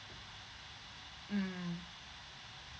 mm